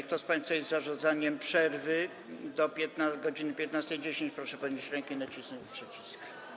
Kto z państwa jest za zarządzeniem przerwy do godz. 15.10, proszę podnieść rękę i nacisnąć przycisk.